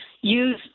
use